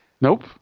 Nope